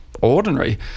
ordinary